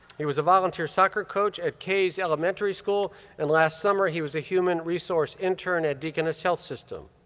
he was a volunteer soccer coach at kays elementary school and last summer he was a human resource intern at deaconess health system.